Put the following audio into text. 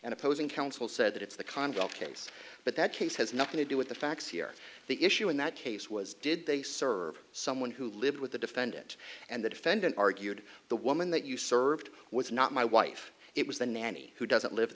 and opposing counsel said that it's the congo case but that case has nothing to do with the facts here the issue in that case was did they serve someone who lived with the defendant and the defendant argued the woman that you served was not my wife it was the nanny who doesn't live